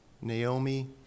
Naomi